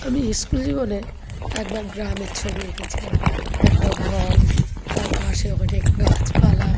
আমি স্কুল জীবনে একবার গ্রামের ছবি এঁকেছিলাম একটা ঘর তার পাশে অনেক গাছপালা